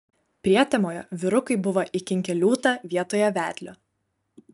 prietemoje vyrukai buvo įkinkę liūtą vietoje vedlio